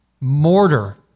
mortar